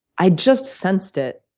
i just sensed it.